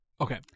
Okay